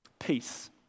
Peace